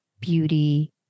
beauty